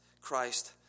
Christ